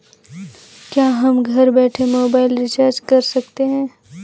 क्या हम घर बैठे मोबाइल रिचार्ज कर सकते हैं?